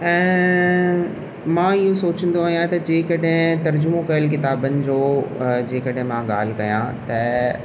ऐं मां इहो सोचंदो आहियां त जे कॾहिं तर्जुमो कयुल किताबनि जो जे कॾहिं मां ॻाल्हि कयां त